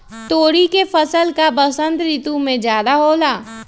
तोरी के फसल का बसंत ऋतु में ज्यादा होला?